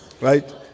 right